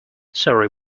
sorry